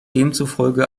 demzufolge